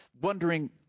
wondering